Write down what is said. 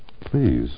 Please